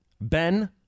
Ben